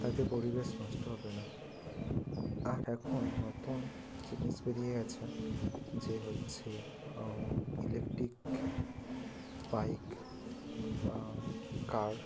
তাতে পরিবেশ নষ্ট হবে না আর এখন নতুন জিনিস বেরিয়ে গিয়েছে যে হচ্ছে ইলেকট্রিক বাইক বা কার